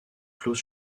klaus